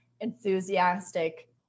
enthusiastic